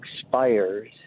expires